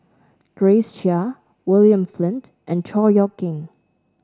Grace Chia William Flint and Chor Yeok Eng